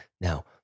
now